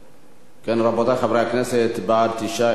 רבותי חברי הכנסת, בעד, 9, אין מתנגדים.